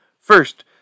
First